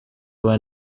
aba